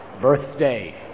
birthday